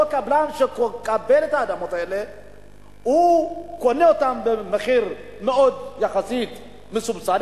אותו קבלן שמקבל את האדמות האלה קונה אותן במחיר יחסית מסובסד.